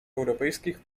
europejskich